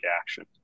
action